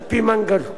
על-פי מנגנון